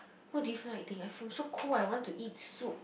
what do you feel like eating I'm so so cold I want to eat soup